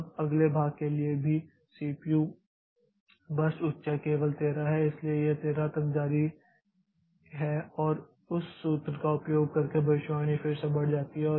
अब अगले भाग के लिए भी सीपीयू बर्स्ट उच्च है केवल 13 है इसलिए यह 13 तक जारी है और उस सूत्र का उपयोग करके भविष्यवाणी फिर से बढ़ जाती है